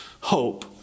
Hope